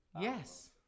Yes